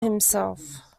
himself